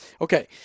Okay